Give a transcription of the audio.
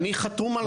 אני חתום על ההסכם,